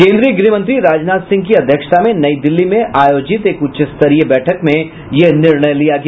केन्द्रीय गृह मंत्री राजनाथ सिंह की अध्यक्षता में नई दिल्ली में आयोजित एक उच्च स्तरीय बैठक में यह निर्णय लिया गया